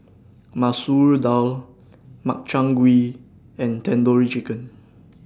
Masoor Dal Makchang Gui and Tandoori Chicken